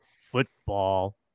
Football